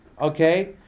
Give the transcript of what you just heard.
okay